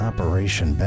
Operation